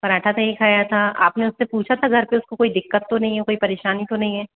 पराठा दही खाया था आप ने उससे पूछा था घर पे उसको कोई दिक्कत तो नहीं है कोई परेशानी तो नहीं है